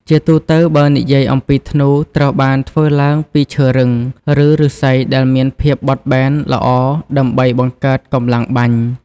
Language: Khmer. ជាទូទៅ បើនិយាយអំពីធ្នូ ត្រូវបានធ្វើឡើងពីឈើរឹង ឬឫស្សីដែលមានភាពបត់បែនល្អដើម្បីបង្កើតកម្លាំងបាញ់។